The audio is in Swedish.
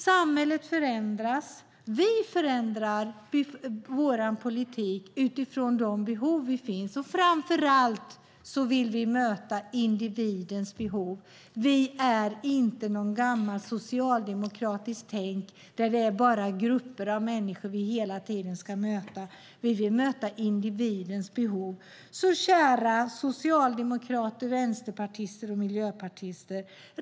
Samhället förändras. Vi förändrar vår politik utifrån de behov som finns. Framför allt vill vi möta individens behov. Vi har inte något gammalt socialdemokratiskt tänk där det bara är grupper av människor vi hela tiden ska möta. Vi vill möta individens behov. Kära socialdemokrater, vänsterpartister och miljöpartister!